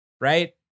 right